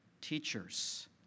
teachers